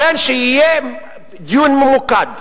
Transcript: לכן, שיהיה דיון ממוקד.